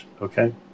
Okay